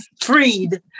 freed